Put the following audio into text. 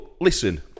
listen